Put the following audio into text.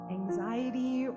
anxiety